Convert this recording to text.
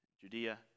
Judea